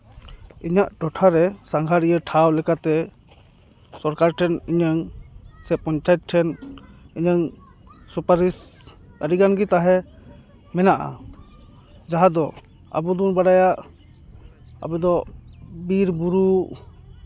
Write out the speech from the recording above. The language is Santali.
ᱤᱧᱟᱹᱜ ᱴᱚᱴᱷᱟᱨᱮ ᱥᱟᱸᱜᱷᱟᱨᱤᱭᱟᱹ ᱴᱷᱟᱶ ᱞᱮᱠᱟᱛᱮ ᱥᱚᱨᱠᱟᱨ ᱴᱷᱮᱱ ᱤᱧᱟᱹᱝ ᱥᱮ ᱯᱚᱧᱪᱟᱭᱮᱛ ᱴᱷᱮᱱ ᱤᱧᱟᱹᱝ ᱥᱩᱯᱟᱨᱤᱥ ᱟᱹᱰᱤᱜᱟᱱ ᱜᱮ ᱛᱟᱦᱮᱸ ᱢᱮᱱᱟᱜᱼᱟ ᱡᱟᱦᱟᱸ ᱫᱚ ᱟᱵᱚ ᱫᱚᱵᱚᱱ ᱵᱟᱰᱟᱭᱟ ᱟᱵᱚ ᱫᱚ ᱵᱤᱨᱼᱵᱩᱨᱩ